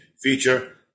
feature